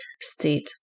state